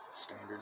standard